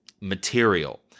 material